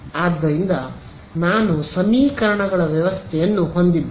ಆದ್ದರಿಂದ ನಾನು ಸಮೀಕರಣಗಳ ವ್ಯವಸ್ಥೆಯನ್ನು ಹೊಂದಿದ್ದೇನೆ